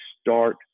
start